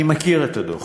אני מכיר את הדוח,